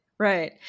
Right